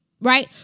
Right